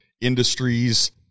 industries